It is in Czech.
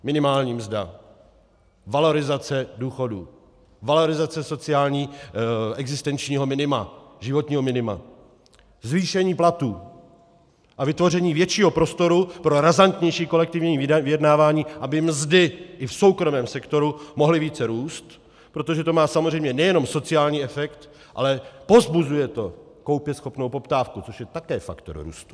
Minimální mzda, valorizace důchodů, valorizace existenčního minima, životního minima, zvýšení platů a vytvoření většího prostoru pro razantnější kolektivní vyjednávání, aby mzdy i v soukromém sektoru mohly více růst, protože to má samozřejmě nejenom sociální efekt, ale povzbuzuje to koupěschopnou poptávku, což je také faktor růstu.